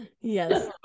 Yes